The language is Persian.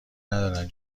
ندارن